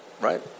Right